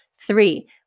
Three